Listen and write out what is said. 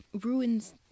ruins